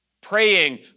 praying